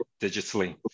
digitally